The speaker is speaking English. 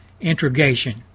integration